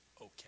okay